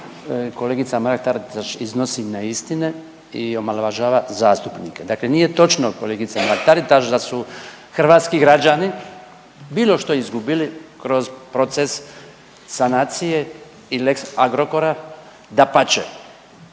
kolegica Mrak Taritaš iznosi neistine i omalovažava zastupnike. Dakle, nije točno kolegice Mrak Taritaš da su hrvatski građani bilo što izgubili kroz proces sanacije i lex Agrokora. Dapače